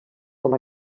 com